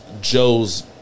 Joe's